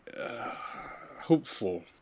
hopeful